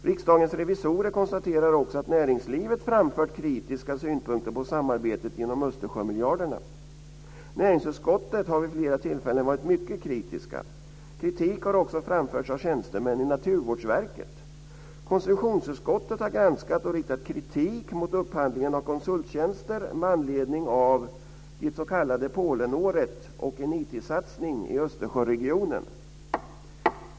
Riksdagens revisorer konstaterar också att näringslivet framfört kritiska synpunkter på samarbetet genom Östersjömiljarderna. Näringsutskottet har vid flera tillfällen varit mycket kritiskt. Kritik har också framförts av tjänstemän vid Konstitutionsutskottet har granskat, och riktat kritik mot, upphandlingen av konsulttjänster med anledning av det s.k. Polenåret och en IT-satsning i Östersjöregionen.